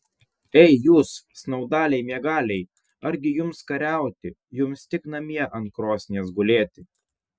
ei jūs snaudaliai miegaliai argi jums kariauti jums tik namie ant krosnies gulėti